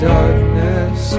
darkness